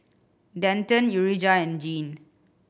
Denton Urijah and Jean